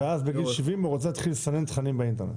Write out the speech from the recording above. ואז בגיל 70 הוא רוצה להתחיל לסנן תכנים באינטרנט.